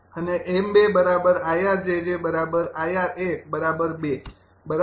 અને 𝑚૨ 𝐼𝑅 𝑗𝑗 𝐼𝑅 ૧ ૨ બરાબર